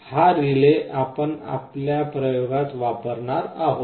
हा रिले आपण आपल्या प्रयोगात वापरणार आहोत